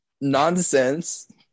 nonsense